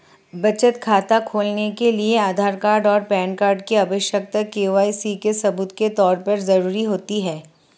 बचत खाता खोलने के लिए आधार कार्ड और पैन कार्ड की आवश्यकता के.वाई.सी के सबूत के तौर पर ज़रूरी होती है